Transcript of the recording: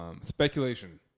Speculation